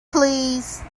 please